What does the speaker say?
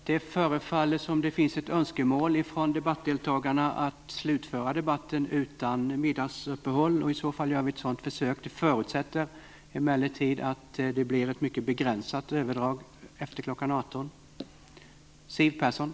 Det förefaller som att det finns ett önskemål från debattdeltagarna att slutföra debatten utan middagsuppehåll. I så fall gör vi ett sådant försök. Det förutsätter emellertid att det blir ett mycket begränsat överdrag efter kl 18.00.